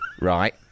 right